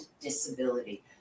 disability